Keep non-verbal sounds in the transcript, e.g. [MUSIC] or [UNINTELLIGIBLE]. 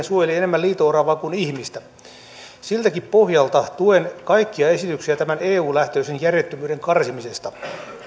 [UNINTELLIGIBLE] suojeli melkein enemmän liito oravaa kuin ihmistä siltäkin pohjalta tuen kaikkia esityksiä tämän eu lähtöisen järjettömyyden karsimisesta